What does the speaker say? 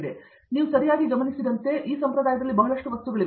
ಆದ್ದರಿಂದ ನೀವು ಸರಿಯಾಗಿ ಗಮನಿಸಿದಂತೆ ಸಂಪ್ರದಾಯದಲ್ಲಿ ಬಹಳಷ್ಟು ವಸ್ತುಗಳಿವೆ